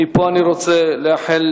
מפה אני רוצה לאחל